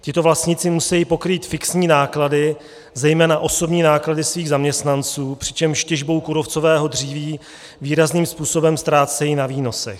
Tito vlastníci musejí pokrýt fixní náklady, zejména osobní náklady svých zaměstnanců, přičemž těžbou kůrovcového dříví výrazným způsobem ztrácejí na výnosech.